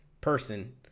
person